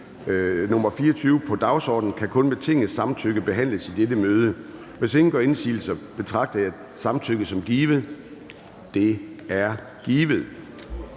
24 på dagsordenen, kan kun med Tingets samtykke behandles i dette møde. Hvis ingen gør indsigelse, betragter jeg samtykket som givet. Det er givet.